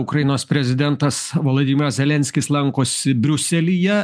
ukrainos prezidentas volodymyras zelenskis lankosi briuselyje